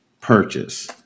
purchase